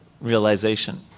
realization